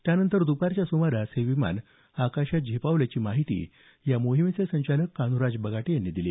त्यानंतर द्रपारच्या सुमारास हे विमान आकाशात झेपावल्याची माहिती या मोहिमेचे संचालक कान्हराज बगाटे यांनी दिली